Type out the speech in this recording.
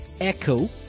echo